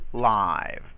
live